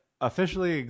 officially